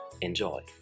Enjoy